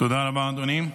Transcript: תודה רבה, אדוני.